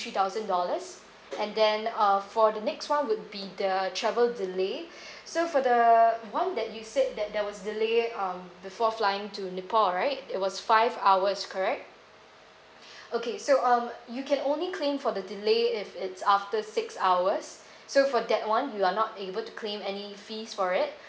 three thousand dollars and then uh for the next one would be the travel delays so for the one that you said that there was delay um before flying to nepal right it was five hours correct okay so um you can only claim for the delay if it's after six hours so for that one you are not able to claim any fees for it